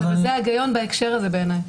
אבל זה ההיגיון בהקשר הזה בעיניי.